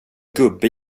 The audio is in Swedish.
gubbe